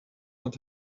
not